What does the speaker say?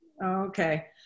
Okay